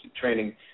training